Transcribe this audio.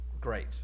great